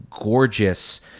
gorgeous